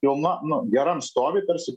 jau na nu geram stovy tarsi pora